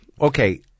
Okay